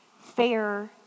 fair